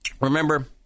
remember